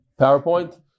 PowerPoint